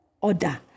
order